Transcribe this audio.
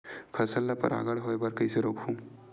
फसल ल परागण होय बर कइसे रोकहु?